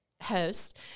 host